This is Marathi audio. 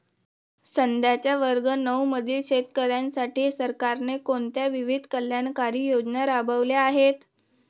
सध्याच्या वर्ग नऊ मधील शेतकऱ्यांसाठी सरकारने कोणत्या विविध कल्याणकारी योजना राबवल्या आहेत?